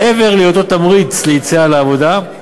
מעבר להיותו תמריץ ליציאה לעבודה,